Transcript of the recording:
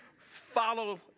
Follow